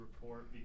report